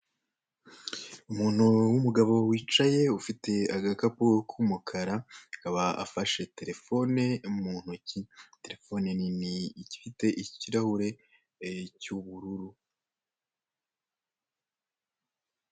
Umuntu w'unugabo wicaye akaba afite agakapu k'umukara akana afashe telefone mu ntoki, terefone nini ifite ikirahure cy'unururu.